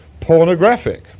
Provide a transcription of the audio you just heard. Pornographic